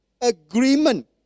agreement